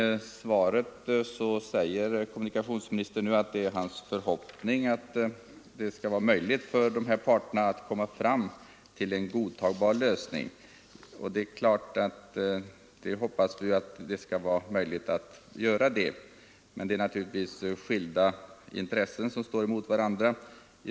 Kommunikationsministern slutar sitt svar med att säga: ”Det är min förhoppning att det vid förhandlingarna skall bli möjligt att komma fram till en för båda parter godtagbar lösning.” Ja, vi hoppas naturligtvis att det skall bli möjligt. Men här står ju skilda intressen mot varandra.